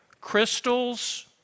crystals